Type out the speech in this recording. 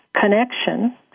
connection